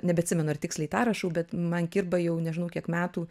nebeatsimenu ar tiksliai tą rašau bet man kirba jau nežinau kiek metų